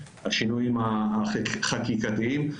השינויים החקיקתיים.